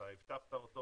אבטחת אותו